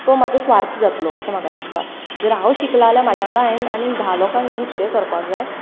तो म्हजो स्वार्थ जातलो अशें म्हाका दिसता जर हांव शिकलां जाल्यार म्हाज्या वांगडा हांवें आनीक धा लोकांक घेवन फुडें सरपाक जाय